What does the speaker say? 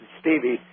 Stevie